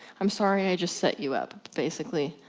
i'm sorry i just set you up. basically,